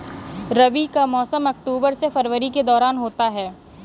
रबी का मौसम अक्टूबर से फरवरी के दौरान होता है